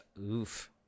Oof